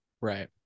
Right